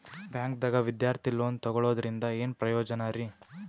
ಬ್ಯಾಂಕ್ದಾಗ ವಿದ್ಯಾರ್ಥಿ ಲೋನ್ ತೊಗೊಳದ್ರಿಂದ ಏನ್ ಪ್ರಯೋಜನ ರಿ?